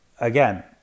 Again